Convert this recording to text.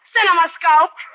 Cinemascope